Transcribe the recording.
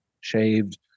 shaved